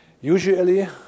Usually